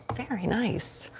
very nice.